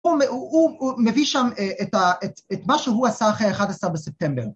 ‫הוא מביא שם את מה שהוא עשה ‫אחרי 11 בספטמבר.